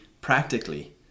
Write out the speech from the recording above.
practically